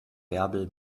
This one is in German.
bärbel